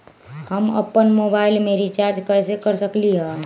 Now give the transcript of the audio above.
हम अपन मोबाइल में रिचार्ज कैसे कर सकली ह?